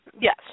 Yes